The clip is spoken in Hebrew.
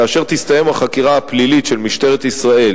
כאשר תסתיים החקירה הפלילית של משטרת ישראל